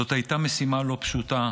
זאת הייתה משימה לא פשוטה,